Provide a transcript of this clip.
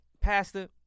Pastor